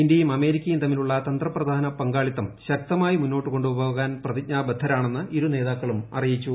ഇന്ത്യയും അമേരിക്കയും തമ്മിലുള്ള തന്ത്രപ്രധാന പങ്കാളിത്തം ശക്തമായി മുന്നോട്ടു കൊണ്ടുപോകാൻ പ്രതിജ്ഞാ ബദ്ധരാണെന്ന് ഇരുനേതാക്കളും അറിയിച്ചു